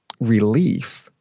relief